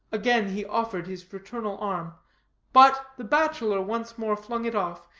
again he offered his fraternal arm but the bachelor once more flung it off,